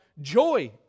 joy